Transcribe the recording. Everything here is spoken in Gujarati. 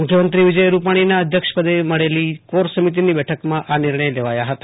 મુખ્યમંત્રી વિજય રૂપાણીના અધ્યક્ષપદે મળેલી કોર સમિતીની બેઠકમાં આ નિર્ણય લેવાયા હતા